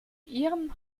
ihrem